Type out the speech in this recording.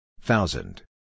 Thousand